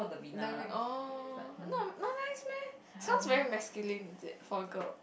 Devina~ oh not not nice meh sounds very masculine is it for a girl